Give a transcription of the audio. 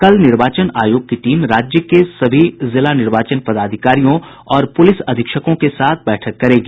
कल निर्वाचन आयोग की टीम राज्य के सभी जिला निर्वाचन पदाधिकारियों और पुलिस अधीक्षकों के साथ बैठक करेगी